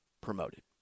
promoted